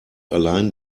allein